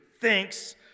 Thanks